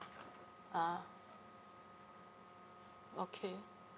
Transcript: ah okay